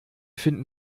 finden